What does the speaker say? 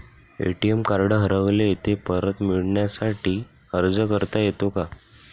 ATM card हरवले आहे, ते परत मिळण्यासाठी अर्ज करता येतो का?